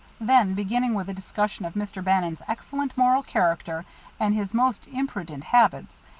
then, beginning with a discussion of mr. bannon's excellent moral character and his most imprudent habits,